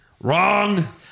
Wrong